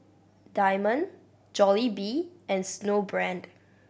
Diamond Jollibee and Snowbrand